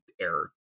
error